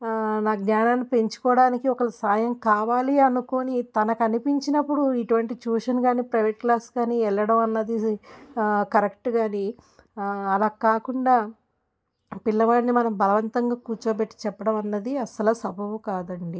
నాకు జ్ఞానాన్ని పెంచుకోవడానికి ఒకల సాయం కావాలి అనుకోని తనకనిపించినప్పుడు ఇటువంటి ట్యూషన్గానీ ప్రైవేట్ క్లాస్గానీ వెళ్లడం అన్నది కరెక్ట్గాని అలా కాకుండా పిల్లవాడిని మనం బలవంతంగా కూర్చోబెట్టి చెప్పడం అన్నది అస్సలు సబబు కాదండి